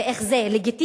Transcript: ואיך זה לגיטימי,